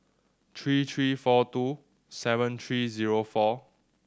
three three four two seven three zero four